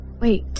Wait